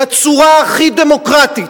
בצורה הכי דמוקרטית,